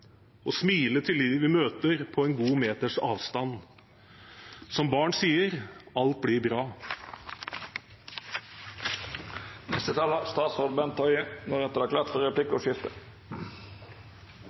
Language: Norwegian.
og smile til dem vi møter, på en god meters avstand. Som barn sier: Alt blir bra. Jeg har stor forståelse for at mange synes det er